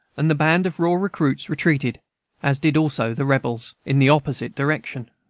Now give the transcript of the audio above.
and the band of raw recruits retreated as did also the rebels, in the opposite direction.